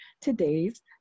today's